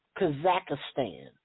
Kazakhstan